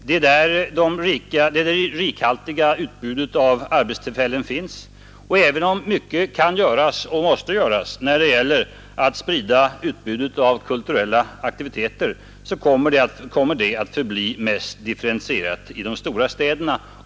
Det är där det rikhaltiga utbudet av arbetstillfällen finns. Även om mycket kan göras och måste göras när det gäller att sprida utbudet av kulturella aktiviteter kommer detta att bli mest differentierat i de stora städerna.